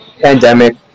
pandemic